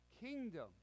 kingdom